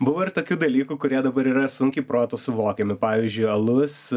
buvo ir tokių dalykų kurie dabar yra sunkiai protu suvokiami pavyzdžiui alus